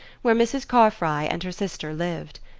where mrs. carfry and her sister lived.